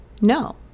No